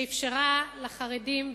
שאפשרה לחרדים,